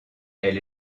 elle